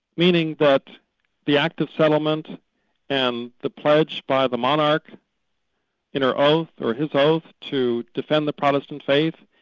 meaning that the act of settlement and the pledge by the monarch in her oath, or his oath, to defend the protestant faith,